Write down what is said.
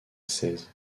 seize